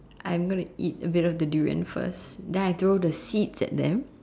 I'm gonna eat a bit of the durian first then I throw the seeds at them